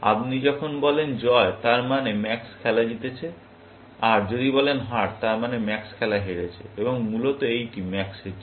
আপনি যখন বলেন জয় তার মানে ম্যাক্স খেলা জিতেছে আর যদি বলেন হার তার মানে ম্যাক্স খেলা হেরেছে মূলত এইটি ম্যাক্সের জন্য